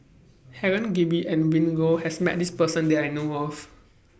Helen Gilbey and Willin Low has Met This Person that I know of